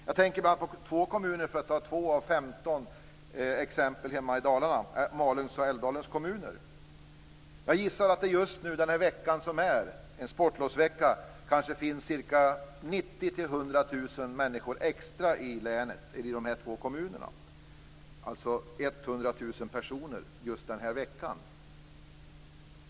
Jag tänker på två kommuner, för att ta två exempel av femton hemma i Dalarna, och det är Malungs och Älvdalens kommuner. Jag gissar att det just nu, denna sportlovsvecka, finns 90 000-100 000 människor extra i dessa två kommuner i länet. Det är alltså 100 000 personer extra där just denna vecka!